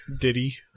Diddy